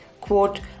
quote